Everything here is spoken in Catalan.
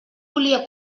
volia